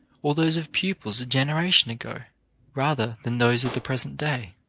or those of pupils a generation ago rather than those of the present day.